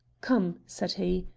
come, said he,